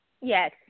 Yes